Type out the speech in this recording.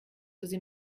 sie